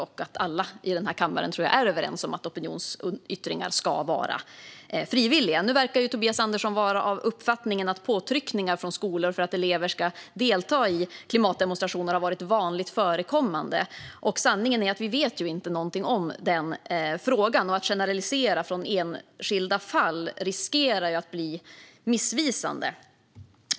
Jag tror att alla i denna kammare är överens om att opinionsyttringar ska vara frivilliga. Nu verkar Tobias Andersson vara av uppfattningen att påtryckningar från skolor för att elever ska delta i klimatdemonstrationer har varit vanligt förekommande. Sanningen är att vi inte vet någonting om den frågan, och generaliseringar utifrån enskilda fall riskerar att bli missvisande.